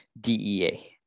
DEA